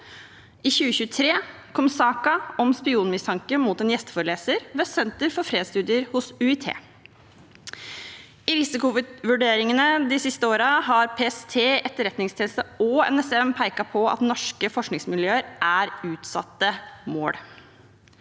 I 2023 kom saken om spionmistanke mot en gjesteforeleser ved Senter for fredsstudier hos UiT. I risikovurderingene de siste årene har PST, Etterretningstjenesten og NSM pekt på at norske forskningsmiljøer er utsatte mål.